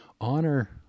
honor